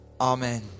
Amen